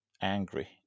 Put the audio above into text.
angry